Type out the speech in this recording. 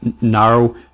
narrow